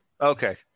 Okay